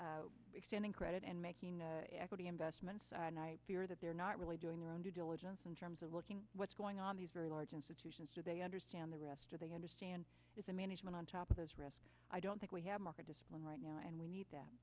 beating extending credit and making equity investments and i fear that they're not really doing their own due diligence in terms of looking at what's going on these very large institutions do they understand the rest are they understand is a management on top of those risks i don't think we have market discipline right now and we need that